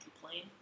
complain